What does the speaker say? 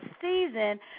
season